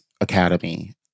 academy